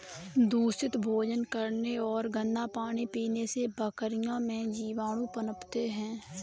दूषित भोजन करने और गंदा पानी पीने से बकरियों में जीवाणु पनपते हैं